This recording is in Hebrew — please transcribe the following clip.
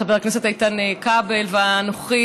חבר הכנסת איתן כבל ואנוכי,